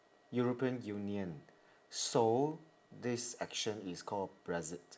european union so this action is called brexit